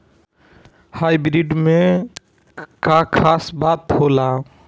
Hybrid में का खास बात होला?